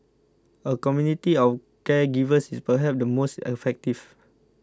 a community of caregivers is perhaps the most effective